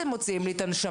הם מוציאים לי את הנשמה.